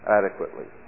adequately